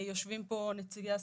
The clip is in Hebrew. יושבים פה נציגי עסקים,